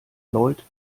leut